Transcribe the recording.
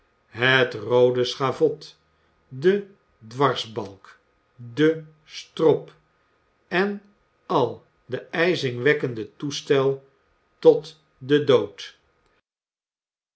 het roode schavot den dwarsbalk den strop en al den ijzingwekkenden toestel tot den dood